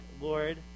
Lord